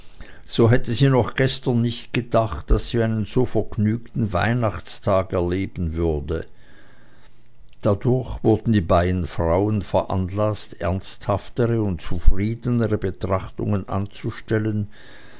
so hätte sie noch gestern nicht gedacht daß sie einen so vergnügten weihnachtstag erleben würde dadurch wurden die beiden frauen veranlaßt ernsthaftere und zufriedene betrachtungen anzustellen